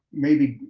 maybe,